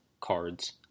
cards